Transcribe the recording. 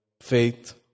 faith